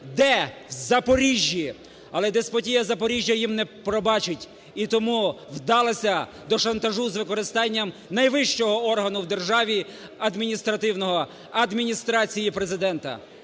Де? В Запоріжжі. Але деспотія Запоріжжя їм не пробачить, і тому вдалися до шантажу з використанням найвищого органу в державі адміністративного Адміністрації Президента.